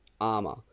armor